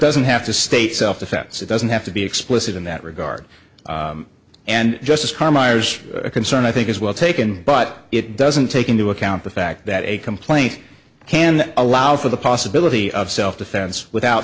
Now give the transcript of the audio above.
doesn't have to state self defense it doesn't have to be explicit in that regard and just as car myers a concern i think is well taken but it doesn't take into account the fact that a complaint can allow for the possibility of self defense without